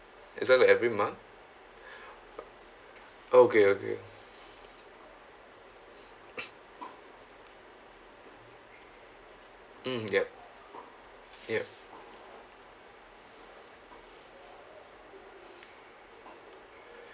is there like every month okay okay mm yup yup